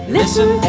listen